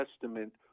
Testament